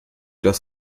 das